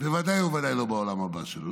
ובוודאי ובוודאי לא בעולם הבא שלו,